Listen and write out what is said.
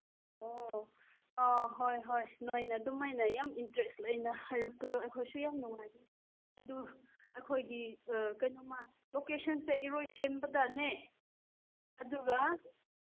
ꯑꯣ ꯑꯥ ꯍꯣꯏ ꯍꯣꯏ ꯅꯣꯏꯅ ꯑꯗꯨꯃꯥꯏꯅ ꯌꯥꯝ ꯏꯟꯇ꯭ꯔꯦꯁ ꯂꯩꯅ ꯍꯥꯏꯔꯛꯄꯗꯣ ꯑꯩꯈꯣꯏꯁꯨ ꯌꯥꯝ ꯅꯨꯡꯉꯥꯏ ꯑꯗꯨ ꯑꯩꯈꯣꯏꯗꯤ ꯀꯩꯅꯣꯃ ꯂꯣꯀꯦꯁꯟꯁꯦ ꯏꯔꯣꯏꯁꯦꯝꯕꯗꯅꯦ ꯑꯗꯨꯒ